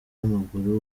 w’amaguru